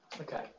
Okay